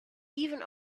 even